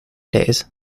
days